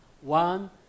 One